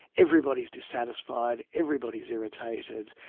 everybody's dissatisfied, everybody's irritated,